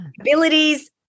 abilities